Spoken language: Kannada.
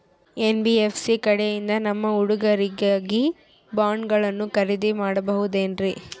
ಎನ್.ಬಿ.ಎಫ್.ಸಿ ಕಡೆಯಿಂದ ನಮ್ಮ ಹುಡುಗರಿಗಾಗಿ ಬಾಂಡುಗಳನ್ನ ಖರೇದಿ ಮಾಡಬಹುದೇನ್ರಿ?